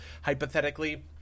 hypothetically